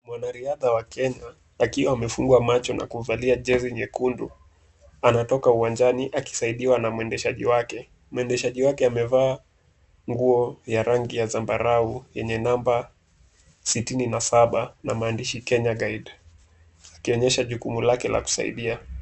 Wanariadha wa Kenya, akiwa amefungwa macho na kuvalia jezi nyekundu, anatoka uwanjani akisaidiwa na mwendeshaji wake. Mwendeshaji wake amevaa nguo ya rangi ya zambarau yenye namba sitini na saba na maandishi Kenya Guide . Akionyesha jukumu lake la kusaidia.